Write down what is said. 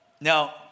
Now